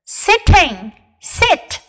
,sitting,sit